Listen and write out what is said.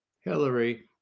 Hillary